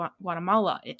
Guatemala